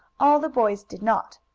all the boys did not.